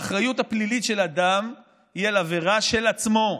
האחריות הפלילית של אדם היא על עבירה של עצמו,